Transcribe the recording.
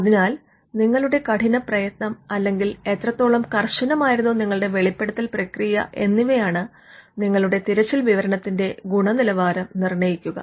അതിനാൽ നിങ്ങളുടെ കഠിന പ്രയത്നം അല്ലെങ്കിൽ എത്രത്തോളം കർശനമായിരുന്നു നിങ്ങളുടെ വെളിപ്പെടുത്തൽ പ്രക്രിയ എന്നിവയാണ് നിങ്ങളുടെ തിരച്ചിൽ വിവരണത്തിന്റെ ഗുണ നിലവാരം നിർണ്ണയിക്കുക